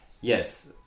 Yes